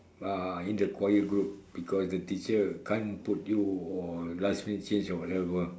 uh in the choir group because the teacher can't put you or last minute change or whatever